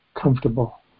comfortable